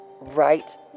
right